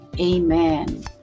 Amen